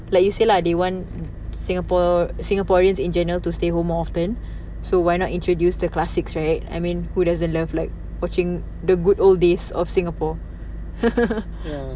like you say lah they want singapore singaporeans in general to stay home more often so why not introduce the classics right I mean who doesn't love like watching the good old days of singapore